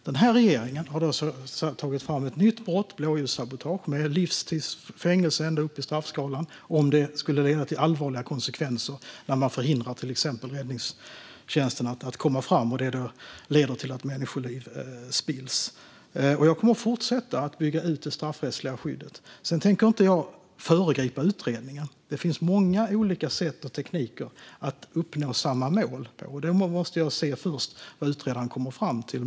Den här regeringen har tagit fram ett nytt brott, blåljussabotage, med ända upp till livstidsfängelse i straffskalan om det skulle leda till allvarliga konsekvenser när man förhindrar till exempel blåljustjänsten att komma fram och det då leder till att människoliv spills. Och jag kommer att fortsätta bygga ut det straffrättsliga skyddet. Jag tänker inte föregripa utredningen. Det finns många olika sätt och tekniker för att uppnå samma mål. Jag måste först se vad utredaren kommer fram till.